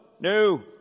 no